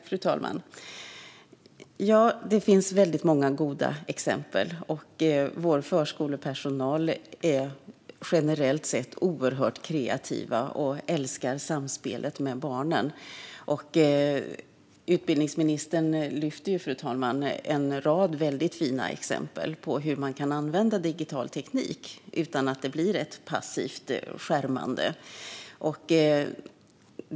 Fru talman! Det finns många goda exempel, och vår förskolepersonal är generellt sett oerhört kreativ och älskar samspelet med barnen. Utbildningsministern lyfte upp en rad fina exempel på hur digital teknik kan användas utan att det blir ett passivt skärmande.